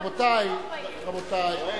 רבותי, רבותי,